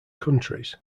countries